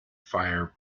fire